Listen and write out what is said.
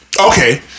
okay